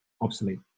obsolete